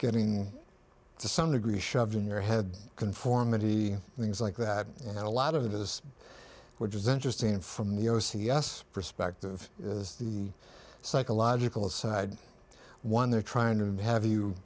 getting to some degree shoved in your head conformity and things like that and a lot of that is which is interesting from the o c s perspective is the psychological side one they're trying to have you